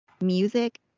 Music